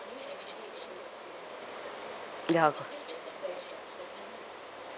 ya